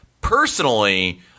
Personally